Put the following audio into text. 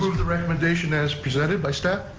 move the recommendation as presented by staff.